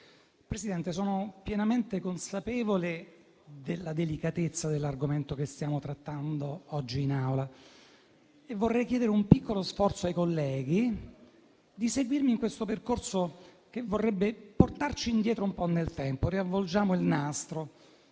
Presidente, sono pienamente consapevole della delicatezza dell'argomento che stiamo trattando oggi in Aula e vorrei chiedere un piccolo sforzo ai colleghi e seguirmi in questo percorso che vorrebbe portarci indietro un po' nel tempo. Riavvolgiamo il nastro.